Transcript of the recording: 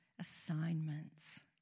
assignments